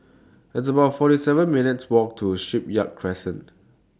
It's about forty seven minutes' Walk to Shipyard Crescent